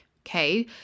Okay